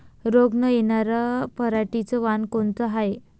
रोग न येनार पराटीचं वान कोनतं हाये?